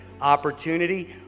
opportunity